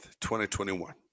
2021